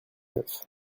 neuf